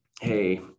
hey